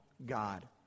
god